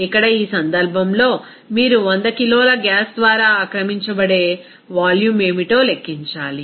ఇక్కడ ఈ సందర్భంలో మీరు 100 కిలోల గ్యాస్ ద్వారా ఆక్రమించబడే వాల్యూమ్ ఏమిటో లెక్కించాలి